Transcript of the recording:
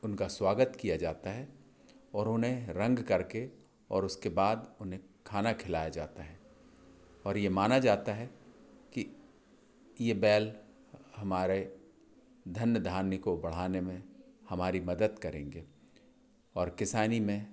उनका स्वागत किया जाता है और उन्हें रंग करके और उसके बाद उन्हें खाना खिलाया जाता है और यह माना जाता है कि ये बैल हमारे धन्य धान्य को बढ़ाने में हमारी मदद करेंगे और किसानी में